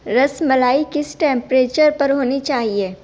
رس ملائی کس ٹیمپریچر پر ہونی چاہیے